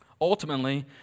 Ultimately